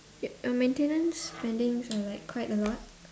um maintenance spendings are like quite a lot